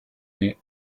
net